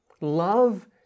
Love